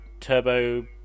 Turbo